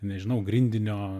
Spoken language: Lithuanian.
nežinau grindinio